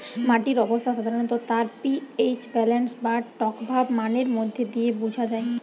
মাটির অবস্থা সাধারণত তার পি.এইচ ব্যালেন্স বা টকভাব মানের মধ্যে দিয়ে বুঝা যায়